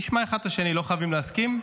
נשמע אחד את השני, לא חייבים להסכים.